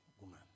woman